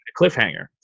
cliffhanger